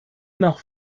nach